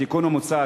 התיקון המוצע,